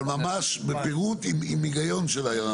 אבל ממש בפירוט עם היגיון.